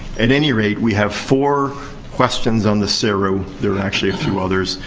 at any rate, we have four questions on the seru. there are actually a few others.